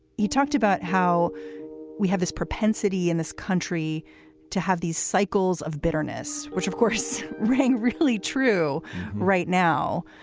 he talked about how we have this propensity in this country to have these cycles of bitterness, which, of course, rang really true right now.